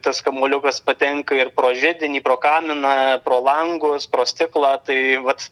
tas kamuoliukas patenka ir pro židinį pro kaminą pro langus pro stiklą tai vat